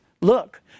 look